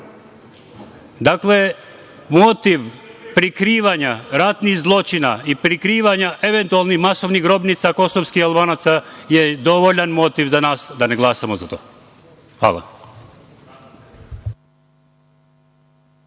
nema? Dakle, motiv prikrivanja ratnih zločina i prikivanja eventualnih masovnih grobnica kosovskih Albanaca je dovoljan motiv za nas da ne glasamo za to. Hvala.